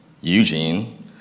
Eugene